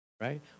right